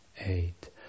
eight